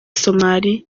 somalia